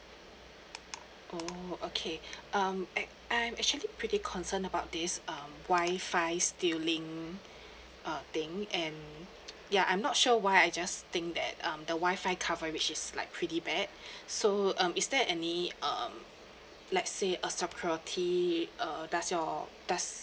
oh okay um eh I'm actually pretty concerned about this um WI-FI stealing uh thing and ya I'm not sure why I just think that um the WI-FI coverage is like pretty bad so um is there any um let's say a security uh does your does